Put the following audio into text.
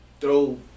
throw